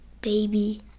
baby